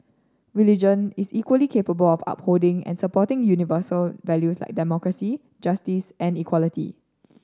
religion is equally capable of upholding and supporting universal values as democracy justice and equality